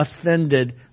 offended